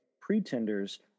pretenders